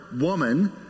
woman